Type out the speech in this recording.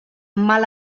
mal